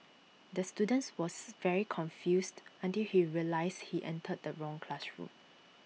the students was very confused until he realised he entered the wrong classroom